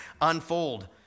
unfold